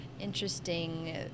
Interesting